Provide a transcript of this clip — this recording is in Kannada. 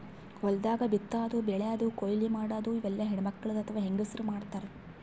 ಹೊಲ್ದಾಗ ಬಿತ್ತಾದು ಬೆಳ್ಯಾದು ಕೊಯ್ಲಿ ಮಾಡದು ಇವೆಲ್ಲ ಹೆಣ್ಣ್ಮಕ್ಕಳ್ ಅಥವಾ ಹೆಂಗಸರ್ ಮಾಡ್ತಾರ್